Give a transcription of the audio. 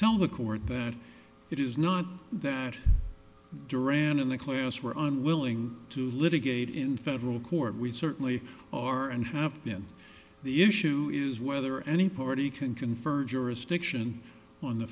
tell the court that it is not that duran in the class were unwilling to litigate in federal court we certainly are and have been the issue is whether any party can confer jurisdiction on the